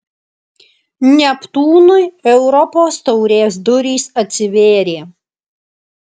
neptūnui europos taurės durys atsivėrė